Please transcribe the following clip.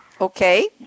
Okay